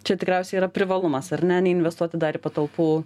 čia tikriausiai yra privalumas ar ne neinvestuot į dalį patalpų